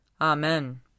Amen